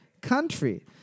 country